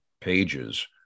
pages